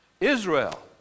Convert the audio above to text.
Israel